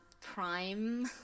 prime